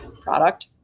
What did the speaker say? product